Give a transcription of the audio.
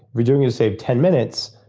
if you're doing it to save ten minutes,